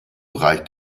reicht